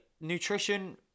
Nutrition